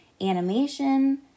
animation